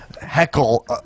heckle